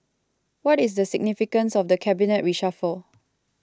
what is the significance of the cabinet reshuffle